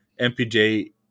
MPJ